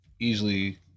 easily